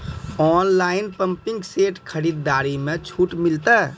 Online pumping set खरीदारी मे छूट मिलता?